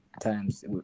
times